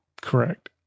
Correct